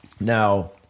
Now